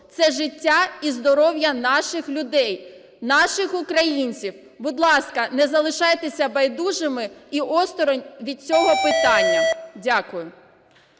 це життя і здоров'я наших людей, наших українців, будь ласка, не залишайтеся байдужими і осторонь від цього питання. Дякую.